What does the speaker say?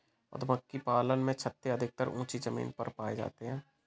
मधुमक्खी पालन में छत्ते अधिकतर ऊँची जमीन पर पाए जाते हैं